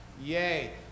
Yay